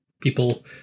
people